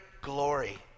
glory